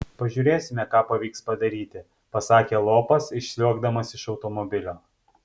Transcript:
pažiūrėsime ką pavyks padaryti pasakė lopas išsliuogdamas iš automobilio